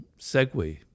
segue